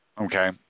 Okay